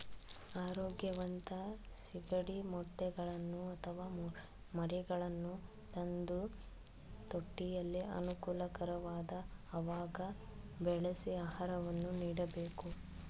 ಆರೋಗ್ಯವಂತ ಸಿಗಡಿ ಮೊಟ್ಟೆಗಳನ್ನು ಅಥವಾ ಮರಿಗಳನ್ನು ತಂದು ತೊಟ್ಟಿಯಲ್ಲಿ ಅನುಕೂಲಕರವಾದ ಅವಾಗ ಬೆಳೆಸಿ ಆಹಾರವನ್ನು ನೀಡಬೇಕು